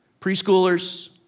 Preschoolers